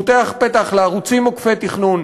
הוא פותח פתח לערוצים עוקפי-תכנון,